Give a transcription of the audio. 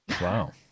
Wow